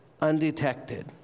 undetected